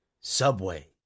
Subway